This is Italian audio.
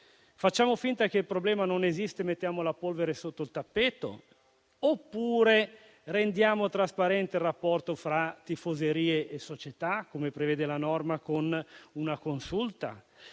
facciamo finta che non esista e mettiamo la polvere sotto il tappeto, oppure rendiamo trasparente il rapporto fra tifoserie e società, come prevede la norma, con una consulta?